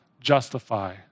justify